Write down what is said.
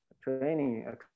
training